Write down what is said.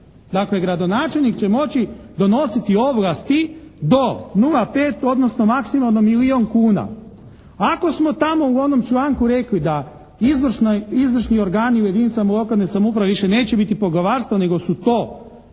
Dakle, gradonačelnik će moći donositi ovlasti do 0,5 odnosno maksimalno milijun kuna. Ako smo tamo u onom članku rekli da izvršni organi u jedinicama lokalne samouprave više neće biti poglavarstva nego su to